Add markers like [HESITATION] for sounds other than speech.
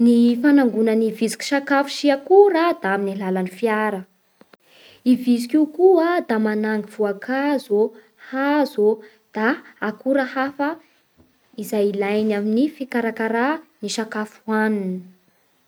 Ny fanangonan'ny vitsiky sakafo sy akora da amin'ny alalan'ny fiara. I vitsiky io koa da manano voankazo, hazo da akora hafa [HESITATION] izay ilainy amin'ny fikarakarà ny sakafo ho haniny.